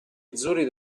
azzurri